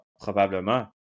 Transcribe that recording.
Probablement